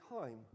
time